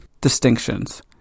distinctions